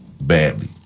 badly